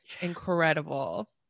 Incredible